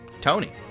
Tony